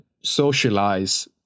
socialize